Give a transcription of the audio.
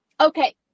Okay